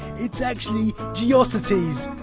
it's actually geocities.